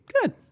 Good